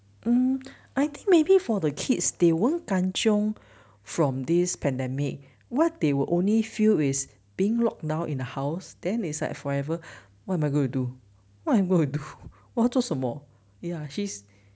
um I think maybe for the kids they won't kanchiong from this pandemic what they will only feel is being locked now in the house then is like forever what am I going to do what am I gonna do 我要做什么 ya she's